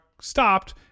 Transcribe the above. stopped